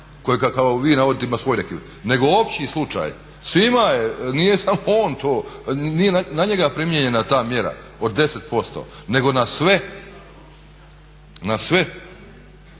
svoj …/Govornik se ne razumije./… nego opći slučaj. Svima je, nije samo on to, nije na njega primijenjena ta mjera od 10% nego na sve, na sve.